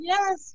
Yes